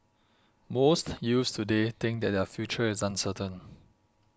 most youths today think that their future is uncertain